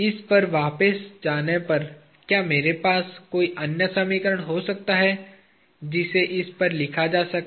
इस पर वापस जाने पर क्या मेरे पास कोई अन्य समीकरण हो सकता है जिसे इस पर लिखा जा सके